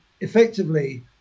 effectively